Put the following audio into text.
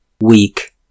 weak